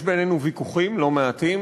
יש בינינו ויכוחים לא מעטים.